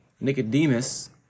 Nicodemus